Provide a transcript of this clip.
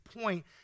point